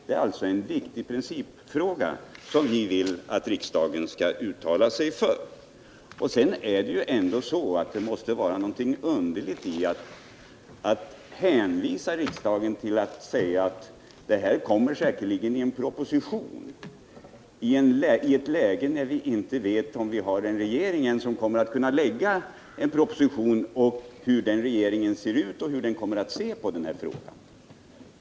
Det är alltså en viktig princip som vi vill att riksdagen skall uttala sig för. Det är ändå underligt att hänvisa riksdagen till att ett förslag i den här frågan kan komma i en proposition, när läget är det att vi inte vet när vi har en regering som kommer att kunna lägga fram en proposition, hur den regeringen ser ut och hur den kommer att se på frågan.